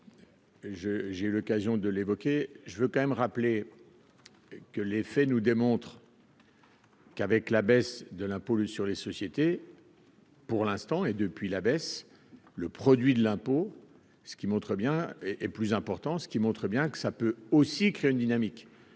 je j'ai eu l'occasion de l'évoquer, je veux quand même rappeler que les faits nous démontre. Qu'avec la baisse de la police sur les sociétés. Pour l'instant, et depuis la baisse le produit de l'impôt, ce qui montre bien, et, et, plus important, ce qui montre bien que ça peut aussi créer une dynamique,